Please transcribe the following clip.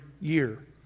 year